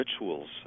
rituals